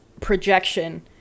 projection